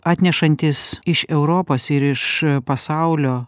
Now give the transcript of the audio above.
atnešantys iš europos ir iš pasaulio